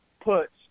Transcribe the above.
puts